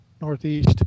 northeast